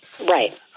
Right